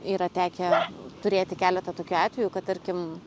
yra tekę turėti keletą tokių atvejų kad tarkim